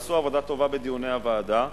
ועשו עבודה טובה בדיוני הוועדה,